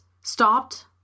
stopped